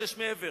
בשם הממשלה.